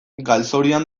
galzorian